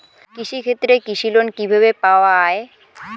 কৃষি ক্ষেত্রে কৃষি লোন কিভাবে পাওয়া য়ায়?